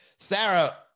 Sarah